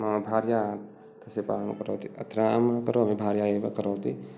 मम भार्या तस्य पालनं करोति अत्र अहं न करोमि भार्या एव करोति